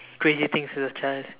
crazy things as a child